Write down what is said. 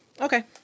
Okay